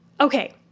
Okay